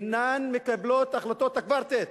אינן מקבלות את החלטות הקוורטט,